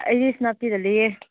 ꯑꯩꯗꯤ ꯁꯦꯅꯥꯄꯇꯤꯗ ꯂꯩꯌꯦ